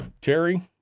Terry